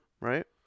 Right